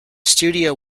studio